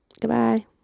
goodbye